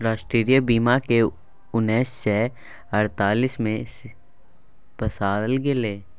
राष्ट्रीय बीमाक केँ उन्नैस सय अड़तालीस मे पसारल गेलै